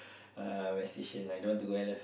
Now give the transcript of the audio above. uh my station I don't want to go and I left